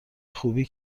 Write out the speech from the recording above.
خوبی